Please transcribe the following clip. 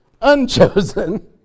unchosen